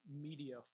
media